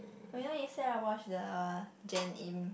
but you know yesterday I watch the Jenn-Im